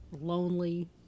lonely